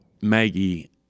Maggie